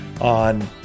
on